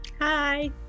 Hi